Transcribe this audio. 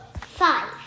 five